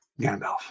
Gandalf